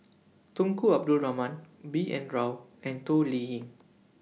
Tunku Abdul Rahman B N Rao and Toh Liying